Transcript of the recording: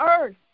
earth